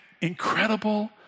incredible